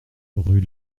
rue